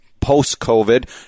post-COVID